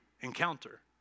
encounter